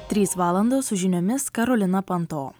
trys valandos su žiniomis karolina panto